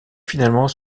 finalement